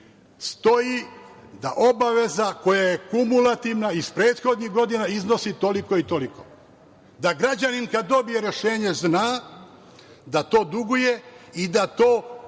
da obaveza koja je kumulativna iz prethodnih godina iznosi toliko i toliko. Građanin kada dobije rešenje zna da to duguje i da to